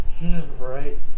Right